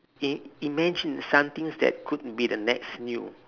im~ imagine some things that could be the next new